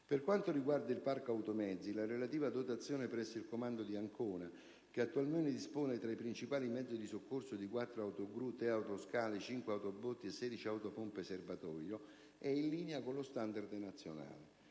Per quanto riguarda il parco automezzi, la relativa dotazione presso il comando di Ancona - che, attualmente, dispone tra i principali mezzi di soccorso di 4 autogru, 3 autoscale, 5 autobotti e 16 autopompe serbatoio - è in linea con lo standard nazionale.